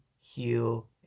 heal